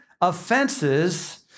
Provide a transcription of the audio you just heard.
offenses